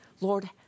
Lord